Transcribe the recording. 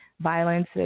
violence